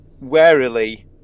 warily